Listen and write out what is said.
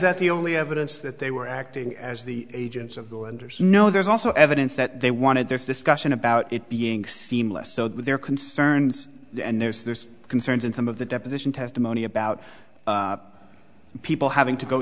that the only evidence that they were acting as the agents of the under snow there's also evidence that they wanted this discussion about it being seamless so their concerns and there's concerns in some of the deposition testimony about people having to go